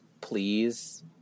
please